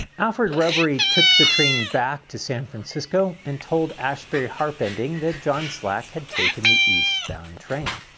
alfred rubery took the train back to san francisco, and told asbury harpending, that john slack had taken the eastbound train.